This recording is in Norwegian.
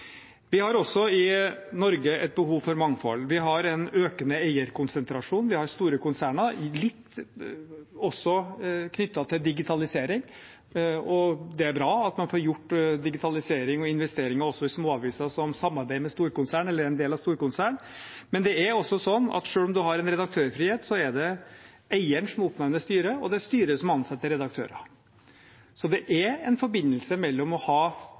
Vi har også i Norge et behov for mangfold. Vi har en økende eierkonsentrasjon, vi har store konserner, litt også knyttet til digitalisering. Det er bra at man får gjort digitalisering og investeringer også i småaviser som samarbeider med eller er en del av et storkonsern, men det er også sånn at selv om man har en redaktørfrihet, er det eieren som oppnevner styret og styret som ansetter redaktører. Så det er en forbindelse mellom å ha